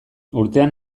urtean